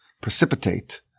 precipitate